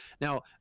Now